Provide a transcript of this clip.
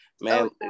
man